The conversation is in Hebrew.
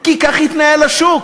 כי כך יתנהל השוק.